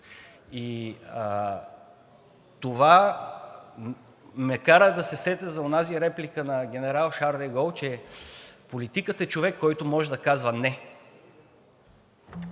това ме кара да се сетя за онази реплика на генерал Шарл де Гол, че политикът е човек, който може да казва не.